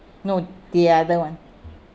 no the other one